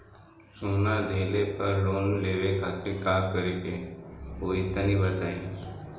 सोना दिहले पर लोन लेवे खातिर का करे क होई तनि बताई?